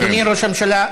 אדוני ראש הממשלה,